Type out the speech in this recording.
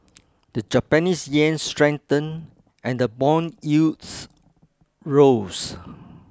the Japanese Yen strengthened and the bond yields rose